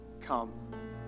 come